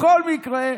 בכל מקרה,